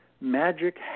magic